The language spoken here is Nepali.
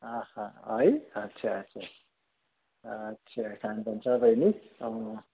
आहा है अच्छा अच्छा अच्छा खानपिन सबै नि